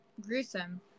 gruesome